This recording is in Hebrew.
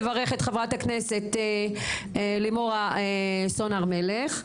ולברך את חברת הכנסת לימור סון הר מלך,